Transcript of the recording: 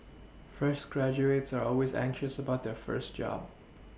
fresh graduates are always anxious about their first job